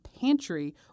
pantry